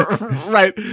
Right